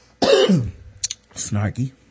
Snarky